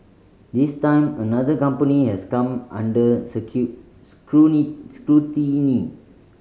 this time another company has come under scrutiny